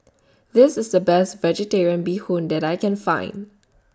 This IS The Best Vegetarian Bee Hoon that I Can Find